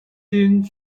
金钟